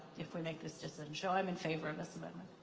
if we make this decision. so i'm in favor of this amendment.